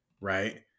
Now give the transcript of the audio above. Right